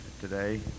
today